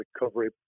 recovery